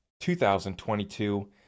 2022